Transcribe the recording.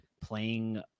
playing